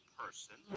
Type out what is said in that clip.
person